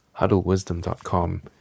huddlewisdom.com